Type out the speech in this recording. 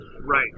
Right